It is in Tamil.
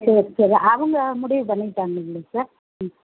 சரி சரி அவங்க முடிவு பண்ணிட்டாங்கள்ளே சார் ம்